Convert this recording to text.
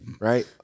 right